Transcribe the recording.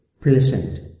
pleasant